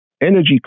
energy